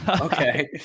okay